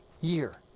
year